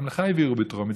גם לך העבירו בטרומית.